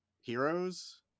Heroes